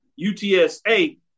UTSA